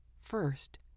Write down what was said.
First